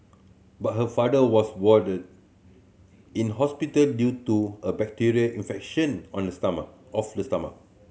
but her father was warded in hospital due to a bacterial infection on the stomach of the stomach